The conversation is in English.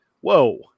Whoa